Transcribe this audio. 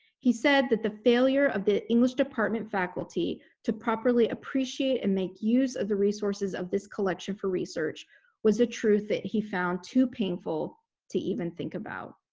he said that the failure of the english department faculty to properly appreciate and make use of the resources of this collection for research was the truth that he found too painful to even think about.